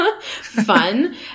Fun